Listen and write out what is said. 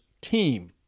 team